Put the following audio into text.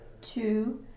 two